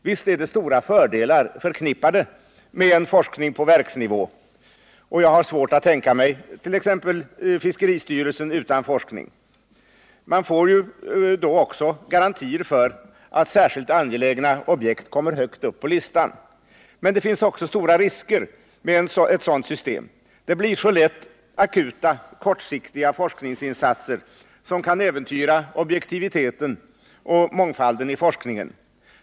Visst är det stora fördelar förknippade med en forskning på verksnivå, och jag har svårt att tänka mig t.ex. fiskeristyrelsen utan forskning — man får genom denna forskning också garantier för att särskilt angelägna objekt kommer högt upp på listan —, men det finns också stora risker med ett sådant system. Det blir så lätt akuta, kortsiktiga forskningsinsatser, som kan äventyra objektiviteten och mångfalden i forskningen.